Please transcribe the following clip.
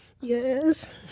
Yes